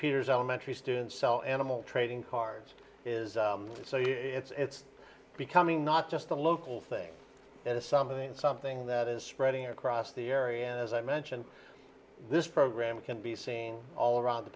peters elementary students so animal trading cards is so it's becoming not just a local thing it is something something that is spreading across the area and as i mentioned this program can be seen all around the